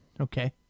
Okay